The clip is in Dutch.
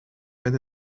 met